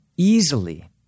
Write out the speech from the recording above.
Easily